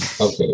Okay